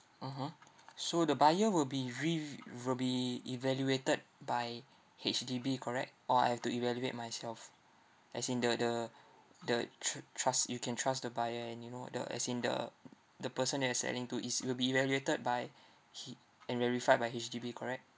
mmhmm so the buyer will be re ev~ will be evaluated by H_D_B correct or I have to evaluate myself as in the the the tr~ trust you can trust the buyer and you know the as in the the person that you're selling to is will be evaluated by he and verified by H_D_B correct